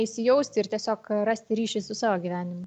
įsijausti ir tiesiog rasti ryšį su savo gyvenimu